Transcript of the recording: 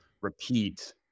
repeat